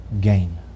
gain